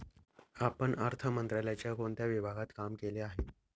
आपण अर्थ मंत्रालयाच्या कोणत्या विभागात काम केले आहे?